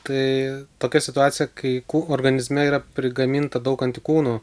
tai tokia situacija kai kū organizme yra prigaminta daug antikūnų